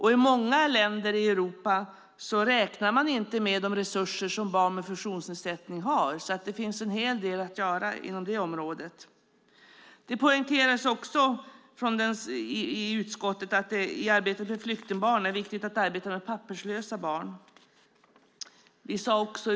I många länder i Europa räknar man inte med de resurser som barn med funktionsnedsättning utgör. Det finns en hel del att göra inom det området. Det poängterades från utskottet att det i arbetet med flyktingbarn är viktigt att arbeta med papperslösa barn.